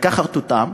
לקחת אותם